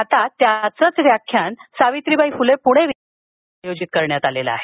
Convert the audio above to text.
आता त्याचंच व्याख्यान सावित्रीबाई फुले पुणे विद्यापीठात आयोजित करण्यात आलं आहे